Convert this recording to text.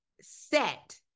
set